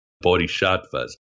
bodhisattvas